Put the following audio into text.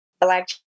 Black